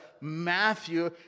Matthew